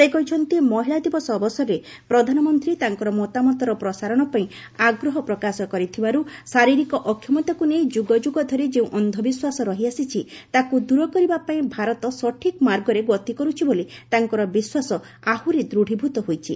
ସେ କହିଛନ୍ତି ମହିଳା ଦିବସ ଅବସରରେ ପ୍ରଧାନମନ୍ତ୍ରୀ ତାଙ୍କର ମତାମତର ପ୍ରସାରଣପାଇଁ ଆଗ୍ରହ ପ୍ରକାଶ କରିଥିବାରୁ ଶାରୀରିକ ଅକ୍ଷମତାକୁ ନେଇ ଯୁଗ ଯୁଗ ଧରି ଯେଉଁ ଅନ୍ଧବିଶ୍ୱାସ ରହିଆସିଛି ତାକୁ ଦୂର କରିବାପାଇଁ ଭାରତ ସଠିକ୍ ମାର୍ଗରେ ଗତି କରୁଛି ବୋଲି ତାଙ୍କର ବିଶ୍ୱାସ ଆହୁରି ଦୂଢ଼ୀଭୂତ ହୋଇଛି